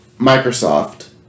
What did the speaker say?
Microsoft